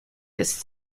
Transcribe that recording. ist